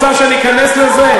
את באמת רוצה שאני אכנס לזה?